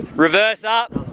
reverse up.